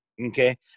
Okay